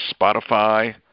Spotify